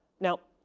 now,